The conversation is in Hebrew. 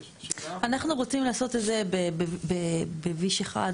אנחנו רוצים לעשות את זה ב-"וויש" אחד,